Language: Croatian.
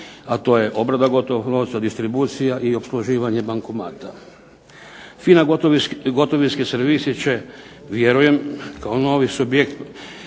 a to je obrada gotovog novca, distribucija i opsluživanje bankomata. FINA gotovinski servisi će vjerujem kao novi subjekt,